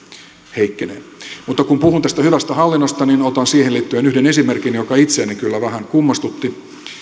heikkenee mutta kun puhun tästä hyvästä hallinnosta niin otan siihen liittyen yhden esimerkin joka itseäni kyllä vähän kummastutti